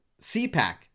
CPAC